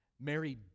Mary